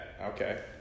Okay